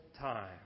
time